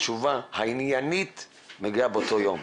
התשובה העניינית מגיעה באותו יום.